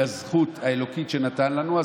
היא הזכות האלוקית שנתן לנו,